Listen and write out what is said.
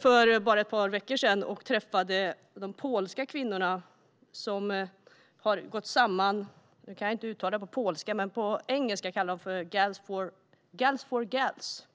För bara ett par veckor sedan var jag i Bryssel, och där träffade jag de polska kvinnor som har gått samman i en grupp kallad Gals for Gals.